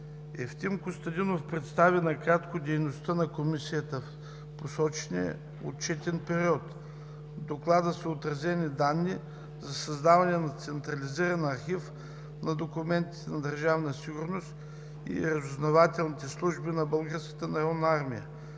Евтим Костадинов представи накратко дейността на Комисията в посочения отчетен период. В Доклада са отразени данни за създаването на централизиран архив на документите на Държавна сигурност и разузнавателните служби на Българската народна армия.